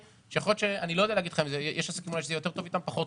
יש עסקים שזה יותר טוב ויש כאלה שזה פחות טוב.